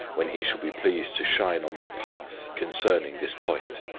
when he shall be pleased to shine on my path concerning this point.